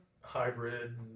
hybrid